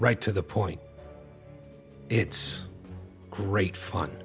right to the point it's great fun